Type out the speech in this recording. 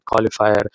qualifier